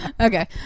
okay